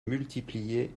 multiplié